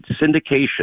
syndication